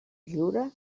lliure